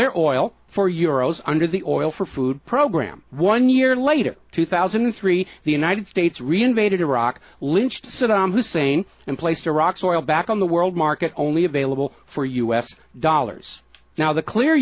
their oil four year olds under the oil for food program one year later two thousand and three the united states really invaded iraq lynched saddam hussein and placed iraq's oil back on the world market only available for u s dollars now the clear